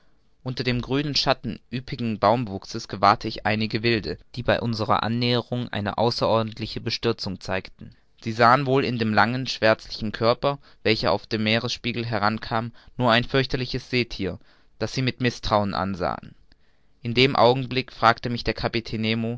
unter dem grünen schatten üppigen baumwuchses gewahrte ich einige wilde die bei unserer annäherung eine außerordentliche bestürzung zeigten sie sahen wohl in dem langen schwärzlichen körper welcher auf dem meeresspiegel heran kam nur ein fürchterliches seethier das sie mit mißtrauen ansahen in dem augenblick fragte mich der kapitän